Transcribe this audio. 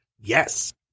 Yes